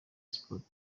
sports